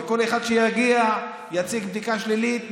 וכל אחד שיגיע יציג בדיקה שלילית,